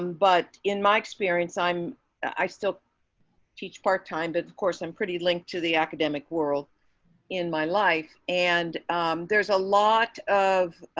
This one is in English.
um but in my experience, i'm i still teach part time. but of course, i'm pretty linked to the academic world in my life. and there's a lot of